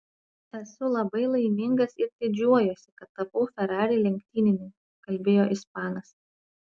esu labai laimingas ir didžiuojuosi kad tapau ferrari lenktynininku kalbėjo ispanas